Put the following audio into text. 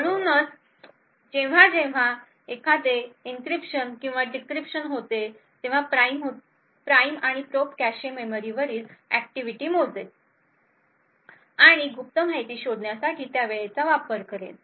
म्हणूनच जेव्हा जेव्हा एखादे एनक्रिप्शन किंवा डिक्रिप्शन होते तेव्हा प्राइम होते आणि प्रोब कॅशे मेमरीवरील ऍक्टिव्हिटी मोजेल आणि गुप्त माहिती शोधण्यासाठी त्या वेळेचा वापर करेल